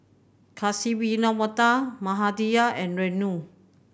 Kasiviswanathan Mahade and Renu